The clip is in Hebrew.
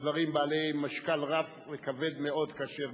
הם דברים בעלי משקל רב וכבד מאוד כאשר